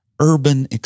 Urban